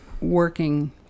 working